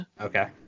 Okay